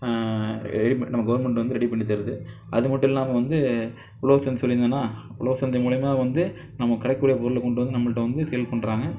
ready பண்ணி நம்ம government வந்து ரெடி பண்ணி தருது அதுமட்டுல்லாமல் வந்து உழவர் சந்தைன்னு சொல்லியிருந்தனா உழவர் சந்தை மூலயமா வந்து நமக்கு கிடைக்க கூடிய பொருளை வந்து நம்மள்ட்ட வந்து சேல் பண்ணுறாங்க